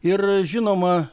ir žinoma